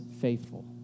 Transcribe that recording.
faithful